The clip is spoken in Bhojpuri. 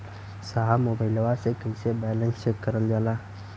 साहब मोबइलवा से कईसे बैलेंस चेक करल जाला?